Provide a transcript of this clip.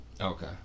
Okay